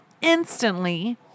instantly